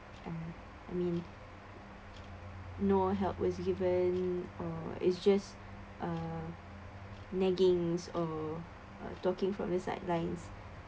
uh I mean nor help was give nor it just uh nagging or(uh) talking from this sidelines